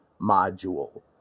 module